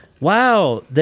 wow